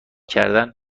کردنچی